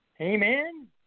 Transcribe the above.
Amen